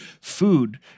food